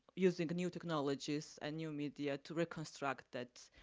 using new technologies and new media, to reconstruct that